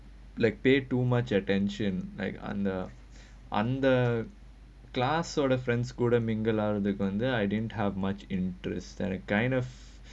like pay too much attention like under under class sort of friends school mingle around there I didn't have much interest that kind of